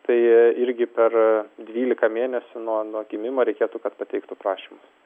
tai irgi per dvylika mėnesių nuo nuo gimimo reikėtų kad pateiktų prašymus